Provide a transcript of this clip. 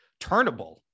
turnable